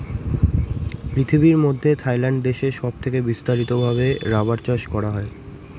পৃথিবীর মধ্যে থাইল্যান্ড দেশে সব থেকে বিস্তারিত ভাবে রাবার চাষ করা হয়